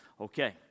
Okay